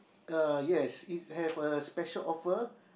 uh yes it have a special offer